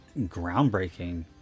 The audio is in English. groundbreaking